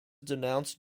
denounced